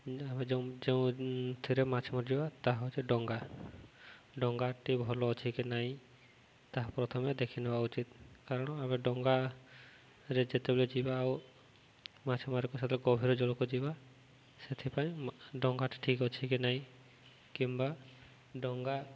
ଆମେ ଯେଉଁ ଯେଉଁଥିରେ ମାଛ ମାରିଯିବା ତାହା ହଉଛି ଡଙ୍ଗା ଡଙ୍ଗାଟି ଭଲ ଅଛି କି ନାହିଁ ତାହା ପ୍ରଥମେ ଦେଖିିନବା ଉଚିତ କାରଣ ଆମେ ଡଙ୍ଗାରେ ଯେତେବେଳେ ଯିବା ଆଉ ମାଛ ମାରିବାକ ସେତେବେଳେ ଗଭୀର ଜଳକୁ ଯିବା ସେଥିପାଇଁ ଡଙ୍ଗାଟି ଠିକ୍ ଅଛି କି ନାହିଁ କିମ୍ବା ଡଙ୍ଗା